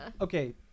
Okay